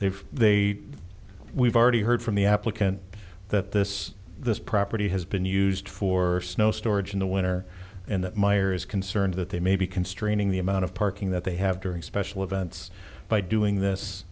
they've they we've already heard from the applicant that this this property has been used for snow storage in the winter and that meyer is concerned that they may be constraining the amount of parking that they have during special events by doing this